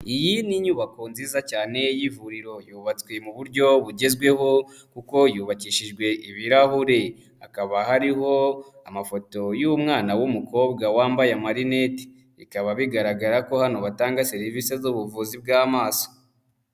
Iyi ni inyubako nziza cyane y'ivuriro yubatswe mu buryo bugezweho kuko yubakishijwe ibirahure. Hakaba hariho amafoto y'umwana w'umukobwa wambaye amarinete. Bikaba bigaragara ko hano batanga serivise z'ubuvuzi bw'amaso.